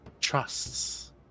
trusts